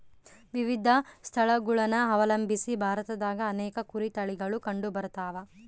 ವಿವಿಧ ಸ್ಥಳಗುಳನ ಅವಲಂಬಿಸಿ ಭಾರತದಾಗ ಅನೇಕ ಕುರಿ ತಳಿಗುಳು ಕಂಡುಬರತವ